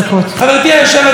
חברתי היושבת בראש,